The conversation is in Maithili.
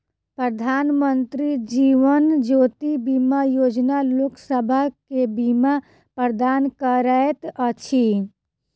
प्रधानमंत्री जीवन ज्योति बीमा योजना लोकसभ के बीमा प्रदान करैत अछि